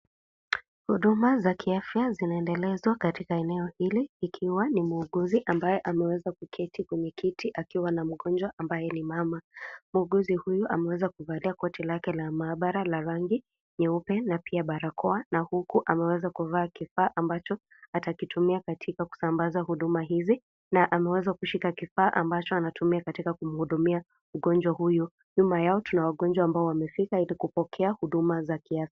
Huduma za kiafya zinaendelezwa katika eneo hili, ikiwa ni muuguzi ambaye ameweza kuketi kwenye kiti, akiwa na mgonjwa, ambaye ni mama. Muuguzi huyu, ameweza kuvalia koti lake la maabara la rangi nyeupe na pia barakoa na huku ameweza kuvaa kifaa ambacho atakitumia katika kusambaza huduma hizi na ameweza kushika kifaa ambacho anatumia katika kumhudumia mgonjwa huyu. Nyuma yao, tuna wagonjwa ambao wamefika ili kupokea huduma za kiafya.